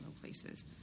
places